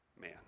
man